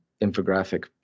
infographic